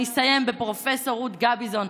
אני אסיים עם פרופ' רות גביזון,